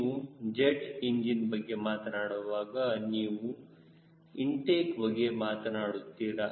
ನೀವು jet engine ಬಗ್ಗೆ ಮಾತನಾಡುವಾಗ ನೀವು ಇಂಟೆಕ್ ಬಗ್ಗೆ ಮಾತನಾಡುತ್ತೀರಾ